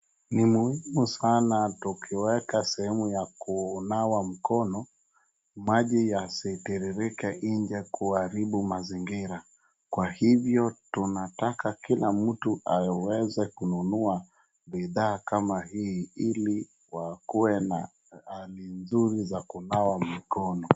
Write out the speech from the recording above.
Ni muhimu sana tukiweka sehemu ya kunawa mkono maji yasitiririke nje kuharibu mazingira. Kwa hivyo, tunataka kila mtu aweze kununua bidhaa kama hii hili wakuwe na hali nzuri za kunawa mikono.